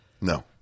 No